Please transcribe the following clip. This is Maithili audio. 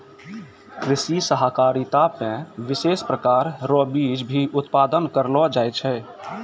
कृषि सहकारिता मे विशेष प्रकार रो बीज भी उत्पादन करलो जाय छै